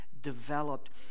developed